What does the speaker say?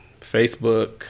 Facebook